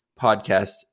podcast